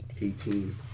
Eighteen